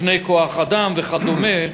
תקני כוח-אדם וכדומה,